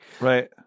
right